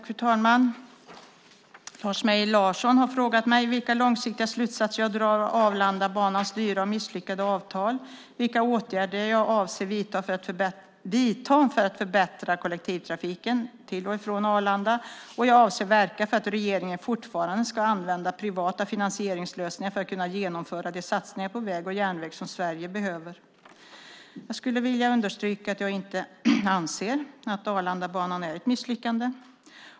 Fru talman! Lars Mejern Larsson har frågat mig vilka långsiktiga slutsatser jag drar av Arlandabanans dyra och misslyckade avtal, vilka åtgärder jag avser att vidta för att förbättra kollektivtrafiken till och från Arlanda och om jag avser att verka för att regeringen fortfarande ska använda privata finansieringslösningar för att kunna genomföra de satsningar på väg och järnväg som Sverige behöver. Jag skulle vilja understryka att jag inte anser att Arlandabanan är ett misslyckande.